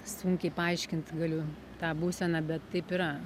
sunkiai paaiškint galiu tą būseną bet taip yra